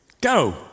Go